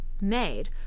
made